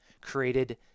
created